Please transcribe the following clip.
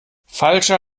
falscher